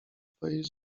twojej